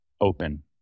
open